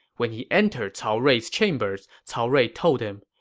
when he entered cao rui's chambers, cao rui told him,